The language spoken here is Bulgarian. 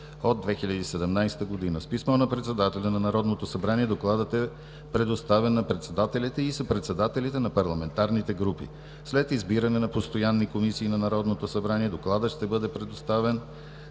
от 2017 г. С писмо на председателя на Народното събрание докладът е предоставен на председателите и съпредседателите на парламентарните групи. След избиране на постоянни комисии на Народното събрание докладът ще бъде предоставен